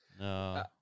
No